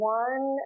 one